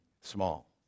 small